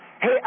Hey